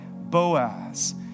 Boaz